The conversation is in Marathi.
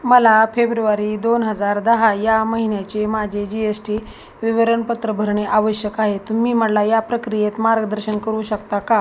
मला फेब्रुवारी दोन हजार दहा या महिन्याचे माझे जी एस टी विवरणपत्र भरणे आवश्यक आहे तुम्ही मला या प्रक्रियेत मार्गदर्शन करू शकता का